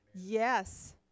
Yes